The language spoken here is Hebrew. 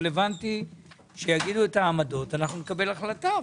מה שרלוונטי זה שיגידו מה העמדות שלהם ואנחנו נקבל החלטה.